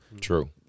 True